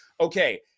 okay